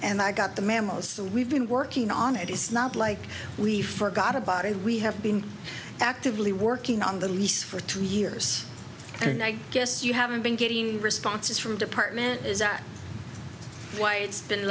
and i got the memo so we've been working on it it's not like we forgot about it we have been actively working on the lease for two years and i guess you haven't been getting responses from department is that why it's been